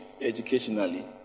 educationally